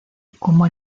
como